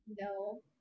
No